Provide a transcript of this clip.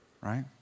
right